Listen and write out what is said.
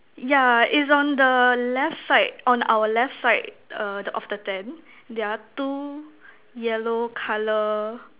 yeah is on the left side on our left side err of the tent there are two yellow colour